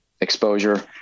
exposure